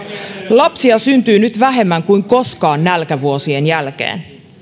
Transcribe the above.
lapsia syntyy nyt vähemmän kuin koskaan nälkävuosien jälkeen